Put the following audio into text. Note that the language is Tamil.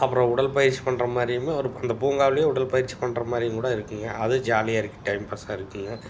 அப்புறம் உடல் பயிற்சி பண்ணுற மாதிரியுமே ஒரு அந்த பூங்காவில் உடற்பயிற்சி பண்ணுற மாதிரியும் கூட இருக்குதுங்க அதுவும் ஜாலியாக இருக்குது டைம் பாஸ்ஸாக இருக்குதுங்க